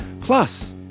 Plus